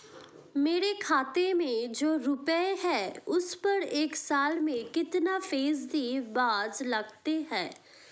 मेरे खाते में जो रुपये हैं उस पर एक साल में कितना फ़ीसदी ब्याज लगता है?